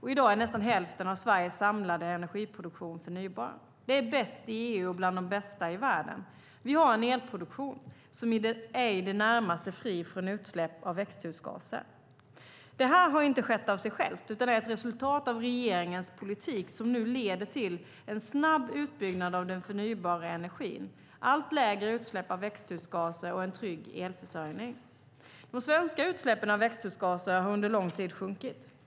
I dag är nästan hälften av Sveriges samlade energiproduktion förnybar. Det är bäst i EU och bland de bästa i världen. Vi har en elproduktion som är i det närmaste fri från utsläpp av växthusgaser. Det här har inte skett av sig självt utan är ett resultat av regeringens politik, som nu leder till en snabb utbyggnad av den förnybara energin, allt lägre utsläpp av växthusgaser och en trygg elförsörjning. De svenska utsläppen av växthusgaser har under lång tid sjunkit.